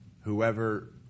whoever